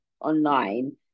online